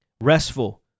Restful